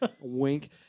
wink